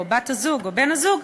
או בת-הזוג או בן-הזוג,